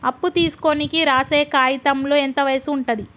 అప్పు తీసుకోనికి రాసే కాయితంలో ఎంత వయసు ఉంటది?